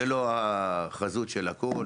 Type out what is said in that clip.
זה לא החזות של הכל,